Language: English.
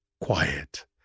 quiet